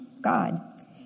God